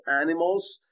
animals